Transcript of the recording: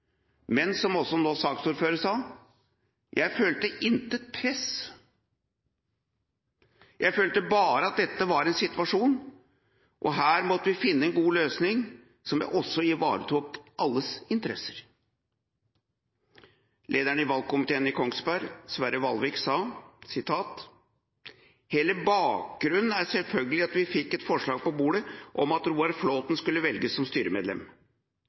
Men jeg følte ikke noe press. Jeg følte bare at dette var en situasjon, og her måtte vi finne en god løsning, som også ivaretok alles interesser.» Lederen i valgkomiteen i Kongsberg, Sverre Valvik, sa: «Hele bakgrunnen er selvfølgelig at vi fikk et forslag på bordet om at Roar Flåthen skulle velges som styremedlem.